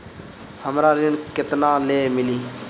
हमरा ऋण केतना ले मिली?